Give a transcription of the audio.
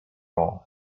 all